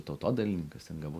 tautodailininkas ten gavau